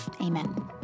Amen